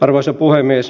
arvoisa puhemies